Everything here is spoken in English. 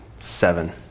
seven